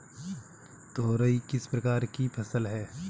तोरई किस प्रकार की फसल है?